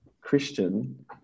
Christian